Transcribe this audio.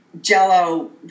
jello